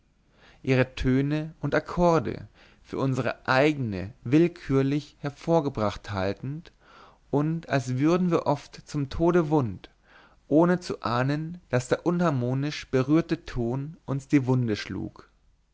ihre töne und akkorde für unsere eigne willkürlich hervorgebrachte haltend und als würden wir oft zum tode wund ohne zu ahnden daß der unharmonisch berührte ton uns die wunde schlug